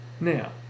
Now